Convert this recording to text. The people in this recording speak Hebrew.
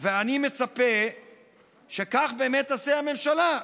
ואני מצפה שכך באמת תעשה הממשלה.